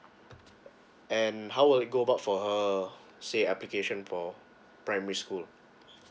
and how were it go about for her say application for primary school